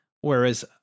whereas